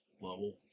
level